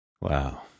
Wow